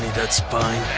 that spine,